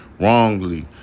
wrongly